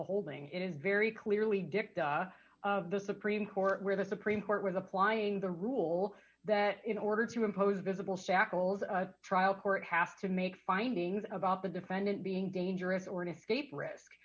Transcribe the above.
holding it is very clearly dicta of the supreme court where the supreme court was applying the rule that in order to impose visible shackles a trial court have to make findings about the defendant being dangerous or an escape risk